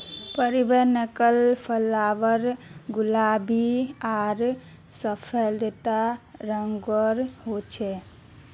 periwinkle flower गुलाबी आर सफ़ेद रंगेर होचे